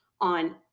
on